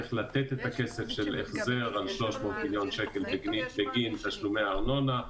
איך לתת את הכסף של החזר על 300 מיליון שקל בגין תשלומי ארנונה.